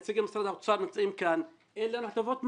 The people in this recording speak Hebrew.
נציג משרד האוצר, אין לנו הטבות מס.